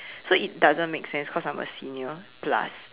so it doesn't make sense because I'm a senior plus